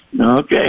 Okay